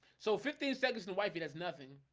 so fifteen seconds the wife, it has nothing